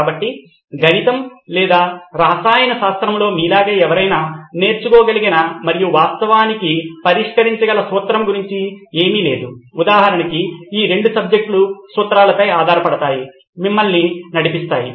కాబట్టి గణితం లేదా రసాయన శాస్త్రంలో మీలాగే ఎవరైనా నేర్చుకోగలిగిన మరియు వాస్తవానికి పరిష్కరించగల సూత్రం గురించి ఏమీ లేదు ఉదాహరణకు ఈ రెండు సబ్జెక్టులు సూత్రాలపై ఆధారపడతాయి మిమ్మల్ని నడిపిస్తాయి